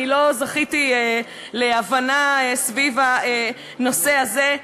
לא זכיתי להבנה סביב הנושא הזה.